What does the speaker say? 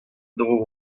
dro